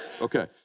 Okay